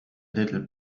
little